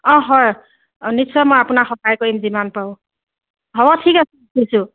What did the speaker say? অঁ হয় নিশ্চয় মই আপোনাক সহায় কৰিম যিমান পাৰো হ'ব ঠিক আছে ৰাখিছোঁ